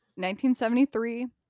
1973